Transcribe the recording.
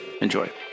Enjoy